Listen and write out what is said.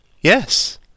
Yes